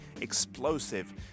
explosive